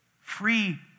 Free